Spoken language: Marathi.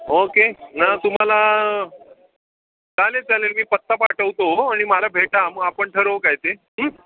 ओके ना तुम्हाला चालेल चालेल मी पत्ता पाठवतो आणि मला भेटा मग आपण ठरवू काय ते